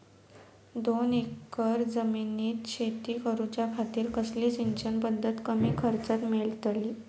दोन एकर जमिनीत शेती करूच्या खातीर कसली सिंचन पध्दत कमी खर्चात मेलतली?